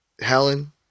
Helen